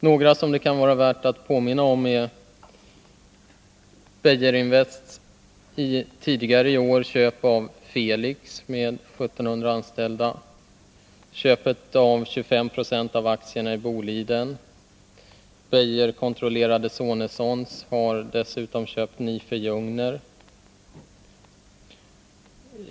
Några som det kan vara värt att påminna om är Beijerinvests tidigare i år köp av Felix AB med 1 700 anställda och köpet av 25 90 av aktierna i Boliden. Det Beijerkontrollerade Sonessons har dessutom köpt Nife Jungner AB.